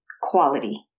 quality